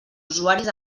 usuaris